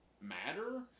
matter